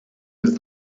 could